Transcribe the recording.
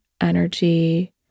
energy